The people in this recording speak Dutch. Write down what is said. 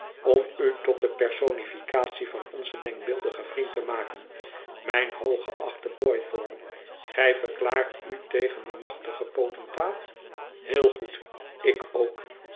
om u tot de personificatie van onzen denkbeeldigen vriend te maken mijn hooggeachte boythorn gij verklaart u tegen dien machtigen potentaat heel goed ik ook